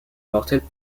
mortelles